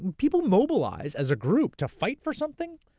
people mobilize as a group to fight for something,